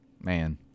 man